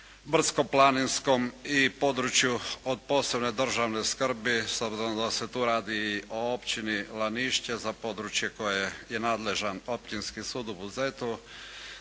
brdsko-planinskom i području od posebne državne skrbi, s obzirom da se tu radi i o općini Lanišća za područje za koje je nadležan Općinski sud u Buzetu,